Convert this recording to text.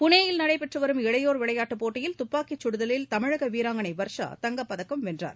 புனேயில் நடைபெற்று வரும் இளையோர் விளையாட்டுப்போட்டியில் துப்பாக்கிச் சுடுதலில் தமிழக வீராங்கனை வர்ஷா தங்கப்பதக்கம் வென்றார்